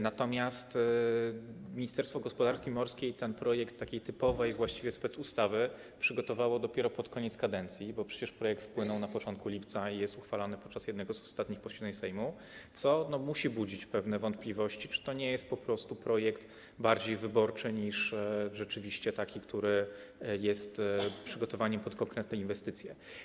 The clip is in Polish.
Natomiast ministerstwo gospodarki morskiej ten projekt właściwie typowej specustawy przygotowało dopiero pod koniec kadencji, bo przecież projekt wpłynął na początku lipca i jest uchwalany podczas jednego z ostatnich posiedzeń Sejmu, co musi budzić pewne wątpliwości, czy to nie jest po prostu projekt bardziej wyborczy niż rzeczywiście taki, który jest przygotowaniem na konkretne inwestycje.